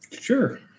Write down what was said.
Sure